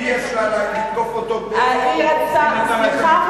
באיזו זכות היא נתנה לה את המיקרופון?